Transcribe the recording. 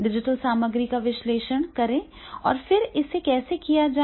digital सामग्री का विश्लेषण करें फिर इसे कैसे किया जाए